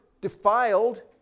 defiled